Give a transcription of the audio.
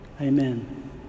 Amen